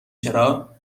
چرا